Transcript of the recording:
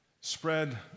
spread